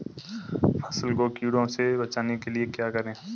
फसल को कीड़ों से बचाने के लिए क्या करें?